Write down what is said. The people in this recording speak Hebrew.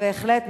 בהחלט,